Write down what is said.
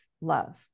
love